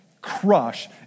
Crush